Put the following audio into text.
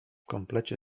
komplecie